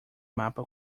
mapa